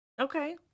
Okay